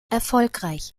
erfolgreich